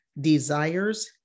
desires